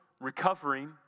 recovering